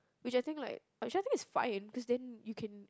which I think like which I think is fine cause then you can